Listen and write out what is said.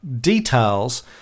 details